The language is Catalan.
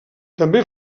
també